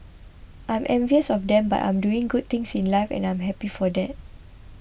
I'm envious of them but I'm doing good things in life and I am happy for that